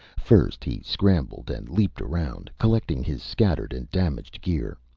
first he scrambled and leaped around, collecting his scattered and damaged gear.